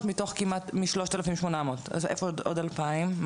טיפול נפשי, שוב, אני